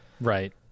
Right